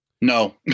No